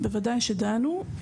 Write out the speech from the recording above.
בוודאי שדנו.